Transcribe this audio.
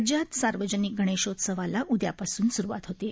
राज्यात सार्वजनिक गणेशोत्सवाला उद्यापासून सुरवात होत आहे